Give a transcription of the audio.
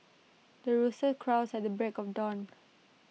the rooster crows at break of dawn